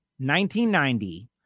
1990